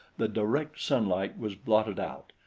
the direct sunlight was blotted out,